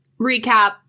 recap